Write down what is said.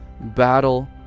battle